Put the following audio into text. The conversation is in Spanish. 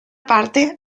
parte